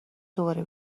دوباره